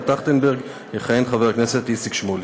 טרכטנברג יכהן חבר הכנסת איציק שמולי.